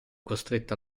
costretto